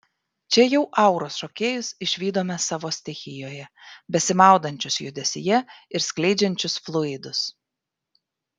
čia jau auros šokėjus išvydome savo stichijoje besimaudančius judesyje ir skleidžiančius fluidus